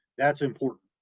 that's important.